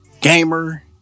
gamer